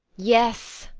yes,